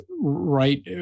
right